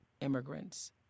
immigrants